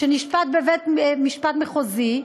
שנשפט בבית-משפט מחוזי,